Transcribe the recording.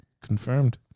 Confirmed